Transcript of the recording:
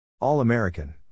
All-American